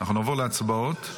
נעבור להצבעות,